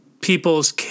people's